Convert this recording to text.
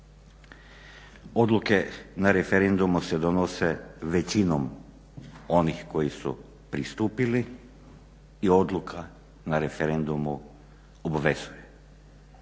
Odluke na referendumu se donose većinom onih koji su pristupili i odluka na referendumu obvezuje.